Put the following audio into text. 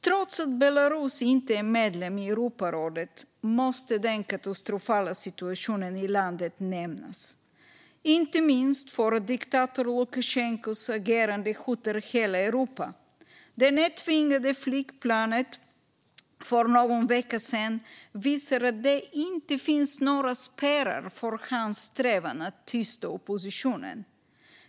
Även om Belarus inte är medlem i Europarådet måste den katastrofala situationen i landet nämnas, inte minst för att diktatorn Lukasjenkos agerande hotar hela Europa. Nedtvingandet av ett flygplan för någon vecka sedan visar att det inte finns några spärrar för hans strävan att tysta oppositionen.